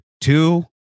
two